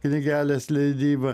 knygelės leidyba